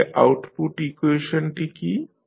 তাহলে আউটপুট ইকুয়েশনটি কী